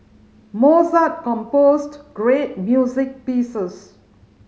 Mozart composed great music pieces